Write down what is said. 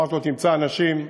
אמרתי לו: תמצא אנשים,